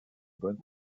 bonnes